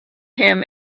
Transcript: him